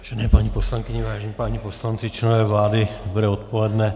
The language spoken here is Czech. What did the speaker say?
Vážené paní poslankyně, vážení páni poslanci, členové vlády, dobré odpoledne.